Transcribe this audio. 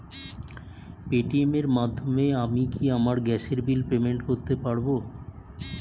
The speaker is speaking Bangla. পেটিএম এর মাধ্যমে আমি কি আমার গ্যাসের বিল পেমেন্ট করতে পারব?